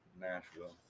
Nashville